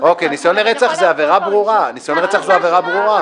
--- ניסיון לרצח זה עבירה ברורה -- זו החלטה שלנו.